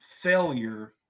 failure